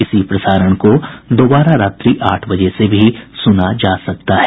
इसी प्रसारण को दोबारा रात्रि आठ बजे से भी सुना जा सकता है